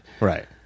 Right